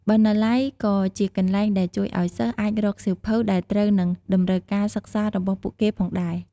បណ្ណាល័យក៏ជាកន្លែងដែលជួយឲ្យសិស្សអាចរកសៀវភៅដែលត្រូវនឹងតម្រូវការសិក្សារបស់ពួកគេផងដែរ។